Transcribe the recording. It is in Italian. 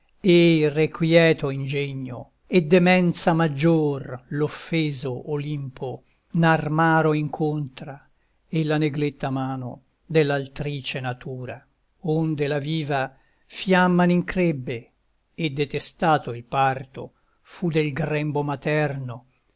e irrequieto ingegno e demenza maggior l'offeso olimpo n'armaro incontra e la negletta mano dell'altrice natura onde la viva fiamma n'increbbe e detestato il parto fu del grembo materno